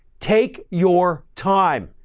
take your time,